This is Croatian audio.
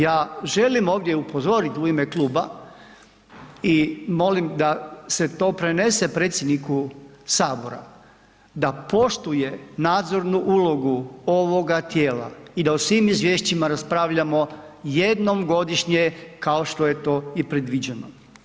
Ja želim ovdje upozorit u ime kluba i molim da se to prenese predsjedniku sabora da poštuje nadzornu ulogu ovoga tijela i da o svim izvješćima raspravljamo jednom godišnje kao što je to i predviđeno.